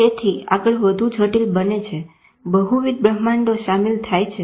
તેથી આગળ વધુ જટિલ બંને છે બહુવિધ બ્રહ્માંડો સામેલ થાય છે